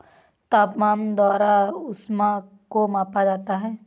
तापमान द्वारा ऊष्मा को मापा जाता है